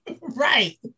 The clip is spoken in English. Right